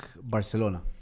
Barcelona